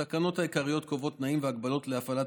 התקנות העיקריות קובעות תנאים והגבלות להפעלת